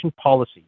policy